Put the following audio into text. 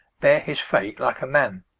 bear his fate like a man.